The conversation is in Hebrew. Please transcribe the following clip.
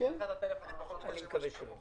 האוצר שהחוק יצא מכאן